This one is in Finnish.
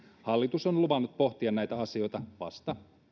hallitus on luvannut pohtia näitä asioita mahdollisesti vasta